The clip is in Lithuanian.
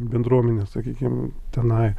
bendruomenė sakykim tenai